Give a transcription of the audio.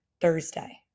Thursday